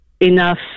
enough